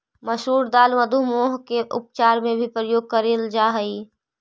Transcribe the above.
मसूर दाल मधुमेह के उपचार में भी प्रयोग करेल जा हई